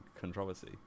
controversy